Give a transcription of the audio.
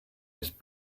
his